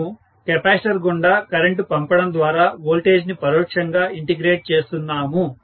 మనము కెపాసిటర్ గుండా కరెంటు పంపడం ద్వారా వోల్టేజ్ ని పరోక్షంగా ఇంటిగ్రేట్ చేస్తున్నాము